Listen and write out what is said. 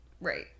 Right